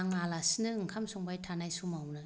आं आलासिनो आंखाम संबाय थानाय समावनो